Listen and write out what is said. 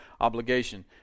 obligation